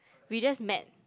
we just met